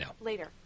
Later